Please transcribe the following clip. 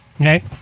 Okay